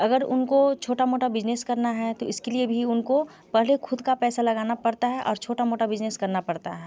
अगर उनको छोटा मोटा बिजनेस करना है तो इसके लिए भी उनको पहले खुद का पैसा लगाना पड़ता है और छोटा मोटा बिजनेस करना पड़ता है